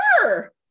sure